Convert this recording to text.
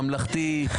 ממלכתי,